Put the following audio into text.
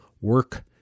work